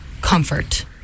comfort